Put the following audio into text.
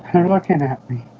looking and at me